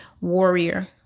warrior